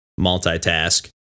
multitask